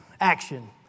Action